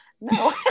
no